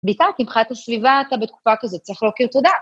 בטח, אם חיית לסביבה, אתה בתקופה כזאת צריך לוקח תודה.